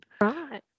Right